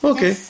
Okay